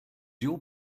your